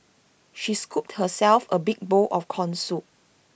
she scooped herself A big bowl of Corn Soup